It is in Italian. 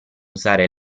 usare